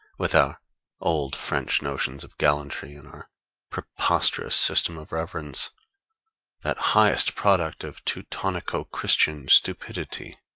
with our old french notions of gallantry and our preposterous system of reverence that highest product of teutonico-christian stupidity.